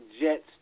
Jets